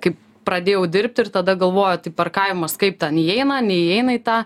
kaip pradėjau dirbt ir tada galvoju tik parkavimas kaip ten įeina neįeina į tą